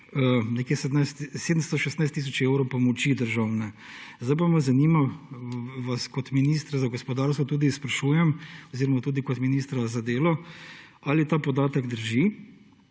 države 716 tisoč evrov pomoči državne. Zanima me in vas kot ministra za gospodarstvo tudi sprašujem oziroma tudi kot ministra za delo: Ali ta podatek drži?